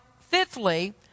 fifthly